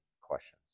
questions